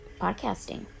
podcasting